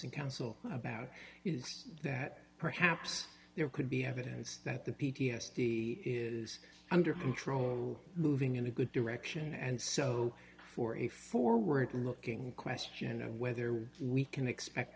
posing counsel about that perhaps there could be evidence that the p t s d is under control moving in a good direction and so for a forward looking question of whether we can expect